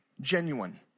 Genuine